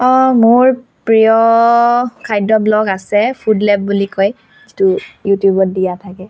মোৰ প্ৰিয় খাদ্য ব্ল'গ আছে ফুড লেব বুলি কয় যিটো ইউটিউবত দিয়া থাকে